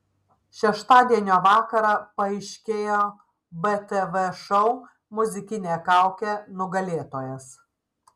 šeštadienio vakarą paaiškėjo btv šou muzikinė kaukė nugalėtojas